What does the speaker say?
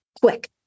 quick